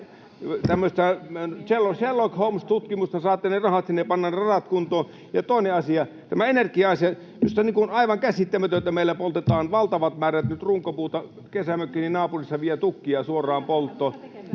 tämmöistä Sherlock Holmes -tutkimusta, niin saatte ne rahat sinne ja pannaan ne radat kuntoon. Ja toinen asia, tämä energia-asia. Minusta on aivan käsittämätöntä, että meillä poltetaan valtavat määrät nyt runkopuuta. Kesämökkini naapurissa viedään tukkia suoraan polttoon.